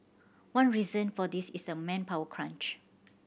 one reason for this is a manpower crunch